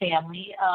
family